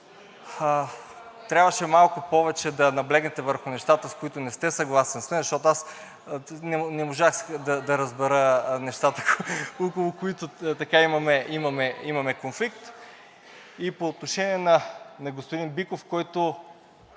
трябваше малко повече да наблегнете върху нещата, с които не сте съгласен с мен, защото аз не можах да разбера нещата (смях), около които имаме конфликт. И по отношение на господин Биков, който